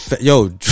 Yo